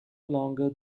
longer